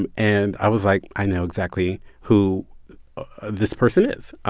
and and i was like, i know exactly who this person is.